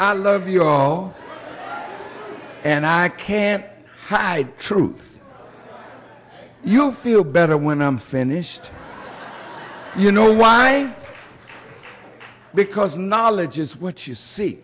i love you all and i can't hide truth you feel better when i'm finished you know why because knowledge is what you see